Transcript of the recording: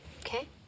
Okay